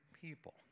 people